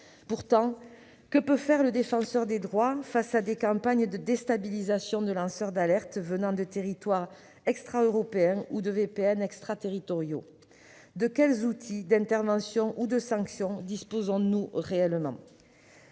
Pourtant, que peut faire le Défenseur des droits face à des campagnes de déstabilisation de lanceurs d'alerte venant de territoires extra-européens ou menées sur des réseaux privés virtuels (VPN) extraterritoriaux ? De quels outils d'intervention ou de sanctions disposons-nous réellement ?